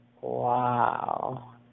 wow